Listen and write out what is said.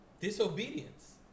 disobedience